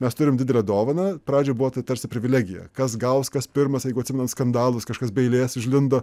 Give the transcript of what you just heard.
mes turim didelę dovaną pradžioj buvo tai tarsi privilegija kas gaus kas pirmas jeigu atsimenat skandalus kažkas be eilės užlindo